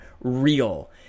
real